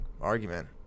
argument